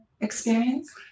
experience